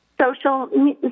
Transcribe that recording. social